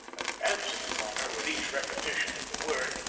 advancing upon her with each repetition of the word,